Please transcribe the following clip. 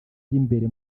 y’imbere